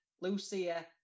Lucia